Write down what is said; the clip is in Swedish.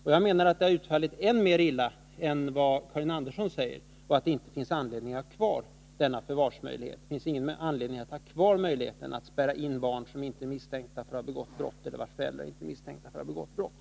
Och jag menar att de har utfallit än mer illa än vad Karin Andersson säger och att det inte finns någon anledning att ha kvar denna förvarsmöjlighet — möjligheten att spärra in barn som inte är misstänkta för att ha begått brott och vilkas föräldrar inte är misstänkta för att ha begått brott.